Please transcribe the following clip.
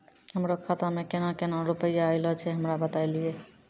हमरो खाता मे केना केना रुपैया ऐलो छै? हमरा बताय लियै?